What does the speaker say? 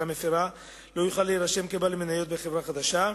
המפירה לא יוכל להירשם כבעל מניות בחברה חדשה.